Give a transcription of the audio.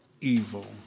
evil